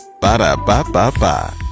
Ba-da-ba-ba-ba